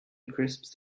crisps